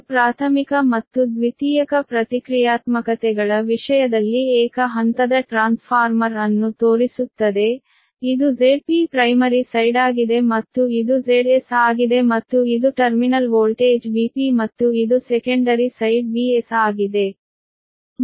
ಇದು ಪ್ರಾಥಮಿಕ ಮತ್ತು ದ್ವಿತೀಯಕ ಸೋರಿಕೆ ಪ್ರತಿಕ್ರಿಯಾತ್ಮಕತೆಗಳ ವಿಷಯದಲ್ಲಿ ಏಕ ಹಂತದ ಟ್ರಾನ್ಸ್ಫಾರ್ಮರ್ ಅನ್ನು ತೋರಿಸುತ್ತದೆ ಇದು Zp ಪ್ರೈಮರಿ ಸೈಡ್ಆಗಿದೆ ಮತ್ತು ಇದು Zs ಆಗಿದೆ ಮತ್ತು ಇದು ಟರ್ಮಿನಲ್ ವೋಲ್ಟೇಜ್Vp ಮತ್ತು ಇದು ಸೆಕೆಂಡರಿ ಸೈಡ್ Vs ಆಗಿದೆ